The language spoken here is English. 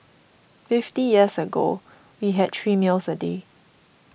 fifty years ago we had three meals a day